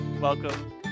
Welcome